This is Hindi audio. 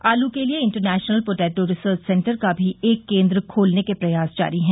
आलू के लिये इंटरनेशनल पोटेटो रिसर्च सेन्टर का भी एक केन्द्र खोलने के प्रयास जारी है